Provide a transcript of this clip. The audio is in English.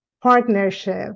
partnership